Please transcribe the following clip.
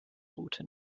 route